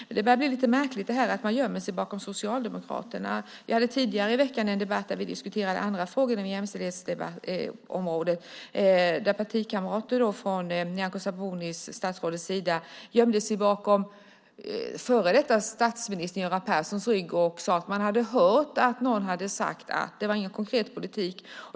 Det börjar bli lite märkligt att man gömmer sig bakom Socialdemokraterna. Vi hade tidigare i veckan en debatt där vi diskuterade annat än jämställdhetsområdet. Då var det partikamrater till statsrådet som gömde sig bakom före detta statsminister Göran Perssons rygg och sade att man hade hört att någon hade sagt något. Det var ingen konkret politik.